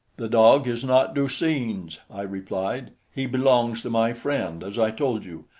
the dog is not du-seen's, i replied. he belongs to my friend, as i told you,